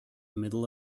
middle